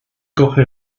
coge